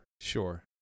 Sure